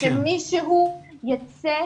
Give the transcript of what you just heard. שמישהו ייצא